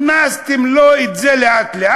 הכנסתם לו את זה לאט-לאט,